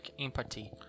empathy